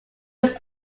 was